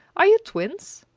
are you twins?